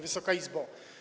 Wysoka Izbo!